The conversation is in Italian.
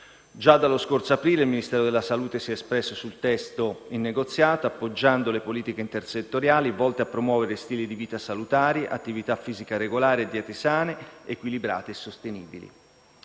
Già dallo scorso aprile, il Ministero della salute si è espresso sul testo in negoziato, appoggiando le politiche intersettoriali volte a promuovere stili di vita salutari, attività fisica regolare e diete sane, equilibrate e sostenibili.